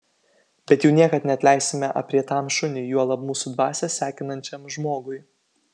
bet jau niekad neatleisime aprietam šuniui juolab mūsų dvasią sekinančiam žmogui